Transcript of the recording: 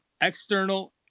external